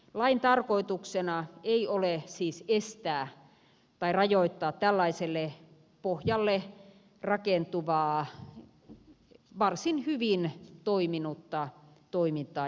lain tarkoituksena ei ole siis estää tai rajoittaa tällaiselle pohjalle rakentuvaa varsin hyvin toiminutta toimintaa jatkossakaan